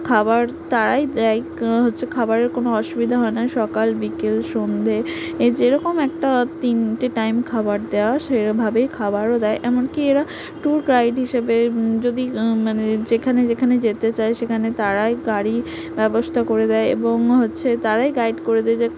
খাবার তারাই দেয় হচ্ছে খাবারের কোনো অসুবিধা হয় না সকাল বিকেল সন্ধ্যে এ যেরকম একটা তিনটে টাইম খাবার দেওয়া সেভাবেই খাবারও দেয় এমনকি এরা ট্যুর গাইড হিসেবে যদি মানে যেখানে যেখানে যেতে চায় সেখানে তারাই গাড়ির ব্যবস্থা করে দেয় এবং হচ্ছে তারাই গাইড করে দেয় যে